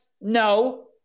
No